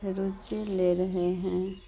रुचि ले रहे हैं